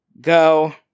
Go